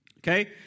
Okay